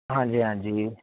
ਹਾਂਜੀ ਹਾਂਜੀ